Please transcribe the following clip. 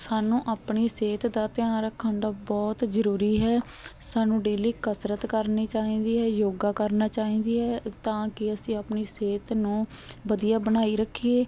ਸਾਨੂੰ ਆਪਣੀ ਸਿਹਤ ਦਾ ਧਿਆਨ ਰੱਖਣ ਦਾ ਬਹੁਤ ਜ਼ਰੂਰੀ ਹੈ ਸਾਨੂੰ ਡੇਲੀ ਕਸਰਤ ਕਰਨੀ ਚਾਹੀਦੀ ਹੈ ਯੋਗਾ ਕਰਨਾ ਚਾਹੀਦੀ ਹੈ ਤਾਂ ਕਿ ਅਸੀਂ ਆਪਣੀ ਸਿਹਤ ਨੂੰ ਵਧੀਆ ਬਣਾਈ ਰੱਖੀਏ